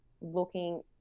looking